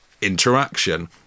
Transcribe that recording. interaction